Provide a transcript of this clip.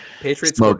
Patriots